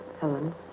Helen